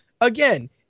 again